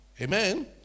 Amen